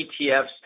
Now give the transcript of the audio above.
ETFs